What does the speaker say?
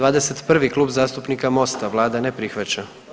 21., Klub zastupnika Mosta, Vlada ne prihvaća.